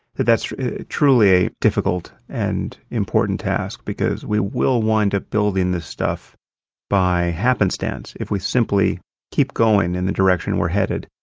that's truly a difficult and important task because we will wind up building this stuff by happenstance if we simply keep going in the direction we're headed.